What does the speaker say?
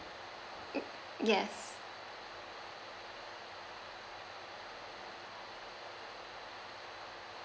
yes